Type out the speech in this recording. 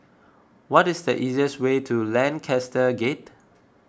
what is the easiest way to Lancaster Gate